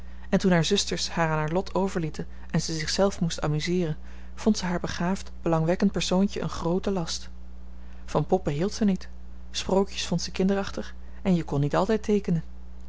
en toen haar zusters haar aan haar lot overlieten en ze zich zelf moest amuseeren vond ze haar begaafd belangwekkend persoontje een grooten last van poppen hield ze niet sprookjes vond ze kinderachtig en je kon niet altijd teekenen